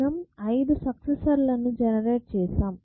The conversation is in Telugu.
మనం 5 సక్సెసర్ లను జెనెరేట్ చేసాం